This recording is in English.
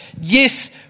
Yes